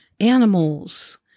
animals